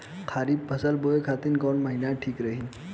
खरिफ फसल बोए खातिर कवन महीना ठीक रही?